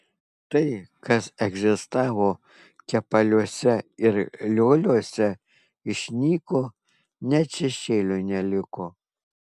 tai kas egzistavo kepaliuose ir lioliuose išnyko net šešėlio neliko